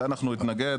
לזה אנחנו נתנגד.